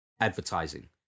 advertising